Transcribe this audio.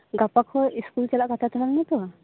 ᱜᱟᱯᱟ ᱠᱷᱚᱱ ᱤᱥᱠᱩᱞ ᱪᱟᱞᱟᱜ ᱠᱟᱛᱷᱟ ᱛᱟᱦᱮᱸ ᱞᱮᱱᱟ ᱛᱚ